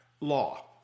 law